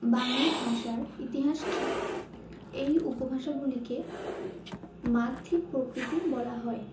বাংলা ভাষার ইতিহাস কি এই উপভাষাগুলিকে মাগধী প্রাকৃত বলা হয়